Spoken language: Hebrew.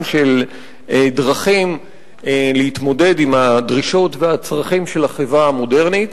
של דרכים להתמודד עם הדרישות והצרכים של החברה המודרנית.